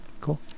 Cool